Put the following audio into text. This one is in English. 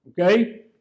Okay